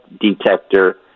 detector